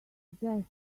guess